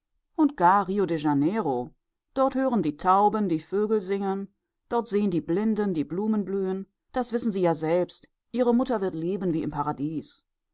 und gar rio de janeiro dort hören die tauben die vögel singen dort sehen die blinden die blumen blühen das wissen sie ja selbst ihre mutter wird leben wie im paradies